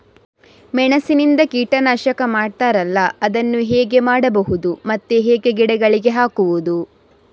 ಮೆಣಸಿನಿಂದ ಕೀಟನಾಶಕ ಮಾಡ್ತಾರಲ್ಲ, ಅದನ್ನು ಹೇಗೆ ಮಾಡಬಹುದು ಮತ್ತೆ ಹೇಗೆ ಗಿಡಗಳಿಗೆ ಹಾಕುವುದು?